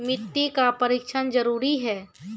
मिट्टी का परिक्षण जरुरी है?